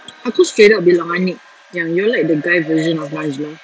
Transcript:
aku straight up bilang aniq yang you're like the guy version of najlah